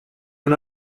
una